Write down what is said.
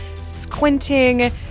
squinting